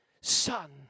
son